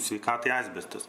sveikatai asbestas